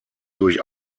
durch